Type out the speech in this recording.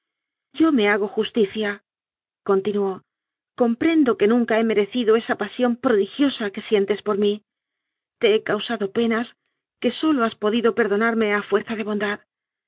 yo me hago justiciacontinuó comprendo que nunca he merecido esa pasión prodigiosa que sien tes por mí te he causado penas que sólo has podido perdonarme a fuerza de bondad